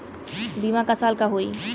बीमा क साल क होई?